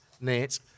Nate